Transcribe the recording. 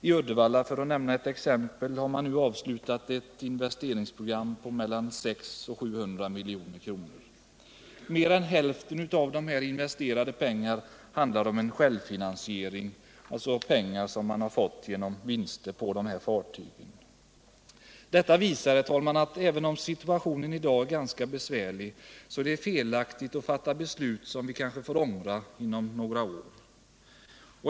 I Uddevalla — för att nämna ett exempel — har man nu avslutat ett investeringsprogram på mellan 600 och 700 milj.kr. Mer än hälften av dessa pengar handlar om en självfinansiering, alltså pengar som man har fått genom vinster på fartygen. Detta visar, herr talman, att det, även om situationen i dag är ganska besvärlig, är felaktigt att fatta beslut som vi kanske får ångra om några år.